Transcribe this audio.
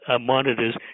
Monitors